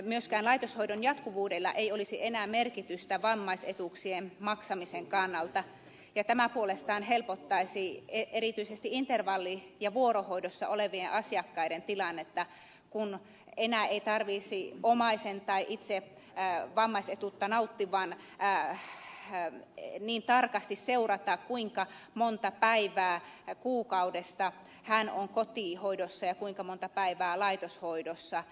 myöskään laitoshoidon jatkuvuudella ei olisi enää merkitystä vammaisetuuksien maksamisen kannalta ja tämä puolestaan helpottaisi erityisesti intervalli ja vuorohoidossa olevien asiakkaiden tilannetta kun enää ei tarvitsisi omaisen tai itse vammaisetuutta nauttivan niin tarkasti seurata kuinka monta päivää kuukaudesta hän on kotihoidossa ja kuinka monta päivää laitoshoidossa